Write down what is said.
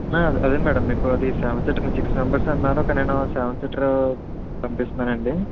అదే మేడం మీకు అది సెవెన్ సీటర్ ది సిక్స్ మెంబర్స్ అన్నారు కానీ సెవెన్ సీటర్ పంపిస్తున్నానండి